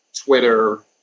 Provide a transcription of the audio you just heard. Twitter